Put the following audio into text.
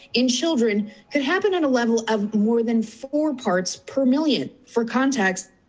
in children had happened on a level of more than four parts per million. for context,